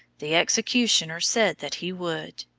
the executioner said that he would.